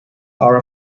are